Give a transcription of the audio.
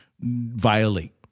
violate